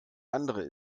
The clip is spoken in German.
andere